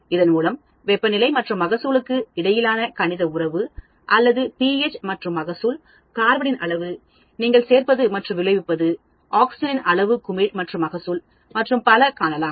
இதன் மூலம் வெப்பநிலை மற்றும் மகசூலுக்கு இடையிலான கணித உறவு அல்லது pH மற்றும் மகசூல் கார்பனின் அளவு நீங்கள் சேர்ப்பது மற்றும் விளைவிப்பது ஆக்ஸிஜனின் அளவு குமிழ் மற்றும் மகசூல் மற்றும் பல காணலாம்